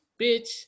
bitch